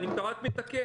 אני רק מתקן.